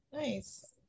nice